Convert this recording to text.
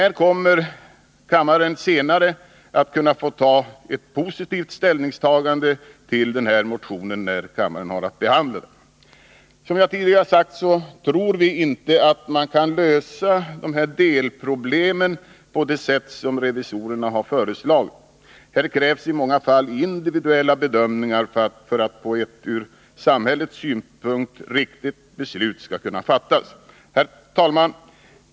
Här kommer kammaren senare att kunna få ta positiv ställning till motionen i fråga. Som jag tidigare sagt tror vi inte att man kan lösa de här delproblemen på det sätt som revisorerna föreslår. Här krävs i många fall individuella bedömningar för att ett ur samhällets synpunkt riktigt beslut skall kunna fattas. Herr talman!